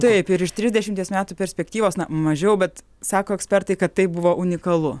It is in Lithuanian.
taip ir iš trisdešimties metų perspektyvos na mažiau bet sako ekspertai kad tai buvo unikalu